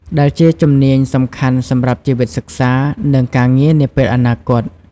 ដែលជាជំនាញសំខាន់សម្រាប់ជីវិតសិក្សា និងការងារនាពេលអនាគត។